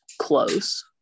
close